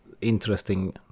interesting